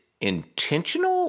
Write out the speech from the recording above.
intentional